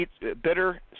bitter